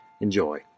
Enjoy